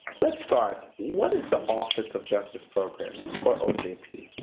let's start. what is the office of justice programs or ojp?